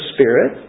Spirit